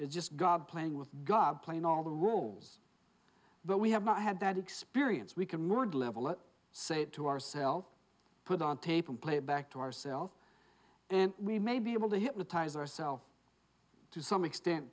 just god playing with god playing all the roles but we have not had that experience we can mold level let's say to ourselves put on tape and play back to ourself and we may be able to hypnotize ourself to some extent